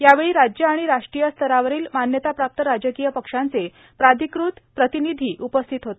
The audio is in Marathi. यावेळी राज्य आणि राष्ट्रीय स्तरावरील मान्यताप्राप्त राजकीय पक्षांचे प्राधिकृत प्रतिनिधी उपस्थित होते